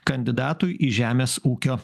kandidatui į žemės ūkio